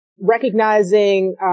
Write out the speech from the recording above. recognizing